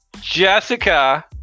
Jessica